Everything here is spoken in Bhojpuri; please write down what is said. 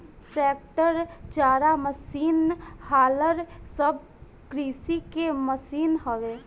ट्रेक्टर, चारा मसीन, हालर सब कृषि के मशीन हवे